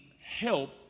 help